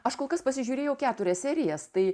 aš kol kas pasižiūrėjau keturias serijas tai